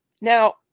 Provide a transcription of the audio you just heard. Now